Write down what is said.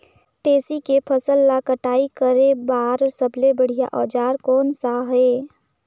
तेसी के फसल ला कटाई करे बार सबले बढ़िया औजार कोन सा हे?